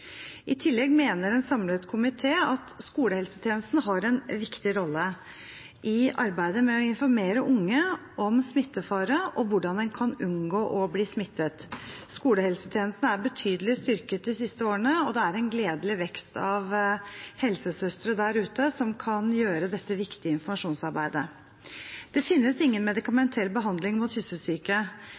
I tillegg mener en samlet komité at skolehelsetjenesten har en viktig rolle i arbeidet med å informere unge om smittefare og hvordan en kan unngå å bli smittet. Skolehelsetjenesten er betydelig styrket de siste årene, og det er en gledelig vekst i antall helsesøstre der ute som kan gjøre dette viktige informasjonsarbeidet. Det finnes ingen medikamentell behandling av kyssesyke.